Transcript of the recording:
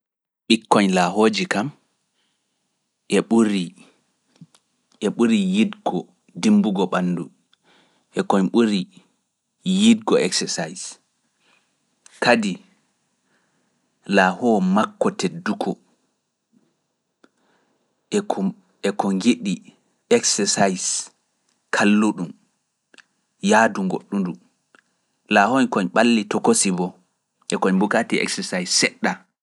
Ɓikkoñ laahooji kam e ɓuri yidgo dimbugo ɓandu e koñ ɓuri yidgo exercise. Kadi laahoo makko tedduko e ko njiɗi exercise kalluɗum yaadu goɗɗu ndu laahoyn koñ ɓalli tokosi bo e koñ bukati exercise seɗɗa.